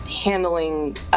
handling